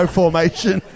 formation